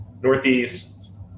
Northeast